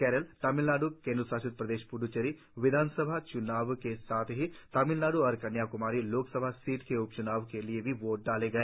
केरल तमिलनाड् केंद्रशासित प्रदेश प्रद्दचेरी विधानसभा चुनाव के साथ ही तमिलनाड़ और कन्याकुमारी लोकसभा सीट के उपच्नाव के लिए भी वोट गए